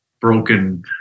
broken